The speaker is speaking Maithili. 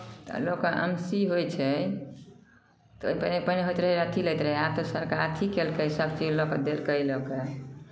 तऽ लोकके एम सी होइ छै तऽ प पहिने होइत रहैय अथि लैत रहै आब तऽ सरकार अथि केलकै सभ चीज लऽ कऽ देलकै लऽ कऽ